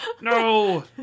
no